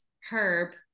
herb